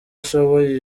ashoboye